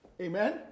Amen